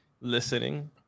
listening